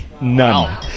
None